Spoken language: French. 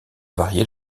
varier